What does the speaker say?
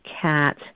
cat